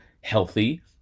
healthy